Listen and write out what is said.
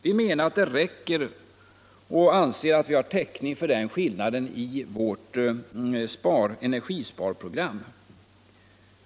Vi menar att detta räcker och anser att vi har täckning för skillnaden, I TWh/år, i vårt energisparprogram.